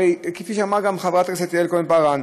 הרי כפי שאמרה גם חברת הכנסת יעל כהן-פארן,